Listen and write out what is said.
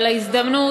על ההזדמנות,